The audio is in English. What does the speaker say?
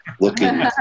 looking